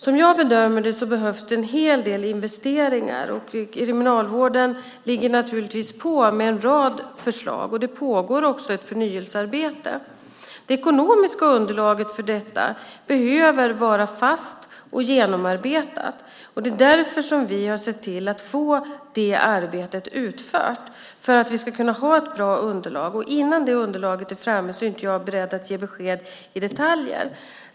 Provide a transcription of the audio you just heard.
Som jag bedömer det behövs det en hel del investeringar, och Kriminalvården ligger naturligtvis på med en rad förslag. Det pågår också ett förnyelsearbete. Det ekonomiska underlaget för detta behöver vara fast och genomarbetat. Det är därför som vi har sett till att få det arbetet utfört, för att vi ska ha ett bra underlag. Innan det underlaget är framme är jag inte beredd att be besked om detaljer.